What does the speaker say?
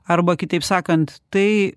arba kitaip sakant tai